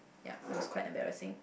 yup it was quite embarrassing